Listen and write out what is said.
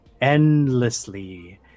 endlessly